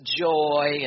joy